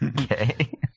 Okay